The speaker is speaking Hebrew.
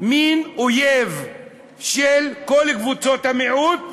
מין אויב של כל קבוצות המיעוט,